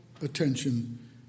attention